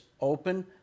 open